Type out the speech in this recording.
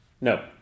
No